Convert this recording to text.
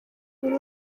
buri